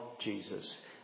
Jesus